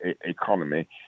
economy